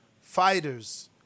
fighters